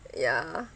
ya